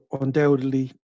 undoubtedly